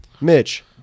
Mitch